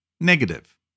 Negative